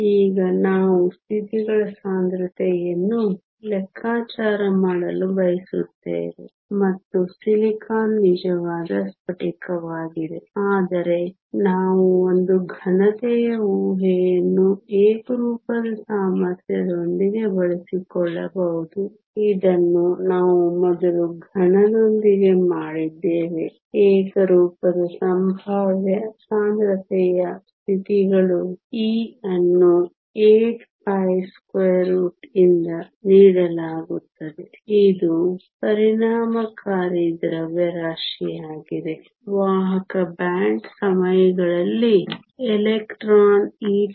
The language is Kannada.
ಈಗ ನಾವು ಸ್ಥಿತಿಗಳ ಸಾಂದ್ರತೆಯನ್ನು ಲೆಕ್ಕಾಚಾರ ಮಾಡಲು ಬಯಸುತ್ತೇವೆ ಮತ್ತು ಸಿಲಿಕಾನ್ ನಿಜವಾದ ಸ್ಫಟಿಕವಾಗಿದೆ ಆದರೆ ನಾವು ಒಂದು ಘನತೆಯ ಊಹೆಯನ್ನು ಏಕರೂಪದ ಸಾಮರ್ಥ್ಯದೊಂದಿಗೆ ಬಳಸಿಕೊಳ್ಳಬಹುದು ಇದನ್ನು ನಾವು ಮೊದಲು ಘನದೊಂದಿಗೆ ಮಾಡಿದ್ದೇವೆ ಏಕರೂಪದ ಸಂಭಾವ್ಯ ಸಾಂದ್ರತೆಯ ಸ್ಥಿತಿಗಳು e ಅನ್ನು 8 ಯಿಂದ ನೀಡಲಾಗುತ್ತದೆ ಇದು ಪರಿಣಾಮಕಾರಿ ದ್ರವ್ಯರಾಶಿಯಾಗಿದೆ ವಾಹಕ ಬ್ಯಾಂಡ್ ಸಮಯಗಳಲ್ಲಿ ಎಲೆಕ್ಟ್ರಾನ್ E12